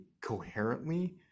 coherently